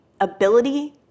ability